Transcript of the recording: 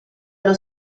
allo